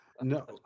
No